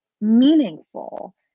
meaningful